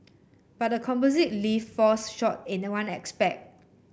but the composite lift falls short in a one aspect